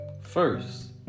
First